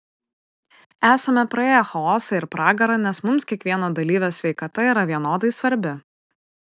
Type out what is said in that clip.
esame praėję chaosą ir pragarą nes mums kiekvieno dalyvio sveikata yra vienodai svarbi